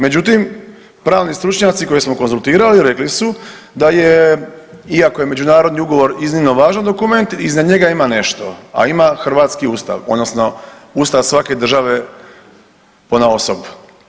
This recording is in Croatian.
Međutim, pravni stručnjaci koje smo konzultirali rekli su da je iako je međunarodni ugovor iznimno važan dokument iza njega ima nešto, a ima hrvatski Ustav odnosno ustav svake države ponaosob.